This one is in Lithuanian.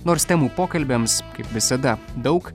nors temų pokalbiams kaip visada daug